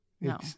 No